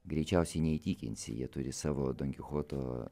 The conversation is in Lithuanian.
greičiausiai neįtikinsi jie turi savo donkichoto